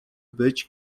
być